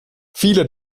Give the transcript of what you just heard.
viele